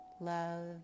love